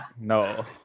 No